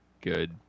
good